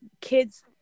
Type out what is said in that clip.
kids